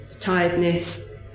tiredness